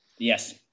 Yes